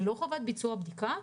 ללא חובת ביצוע בדיקה.